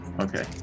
Okay